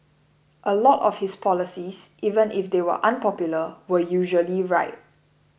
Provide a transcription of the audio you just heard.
a lot of his policies even if they were unpopular were usually right